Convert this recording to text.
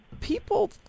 people